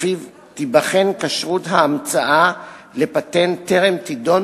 ולפיו תיבחן כשירות האמצאה לפטנט בטרם תדון